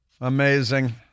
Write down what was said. Amazing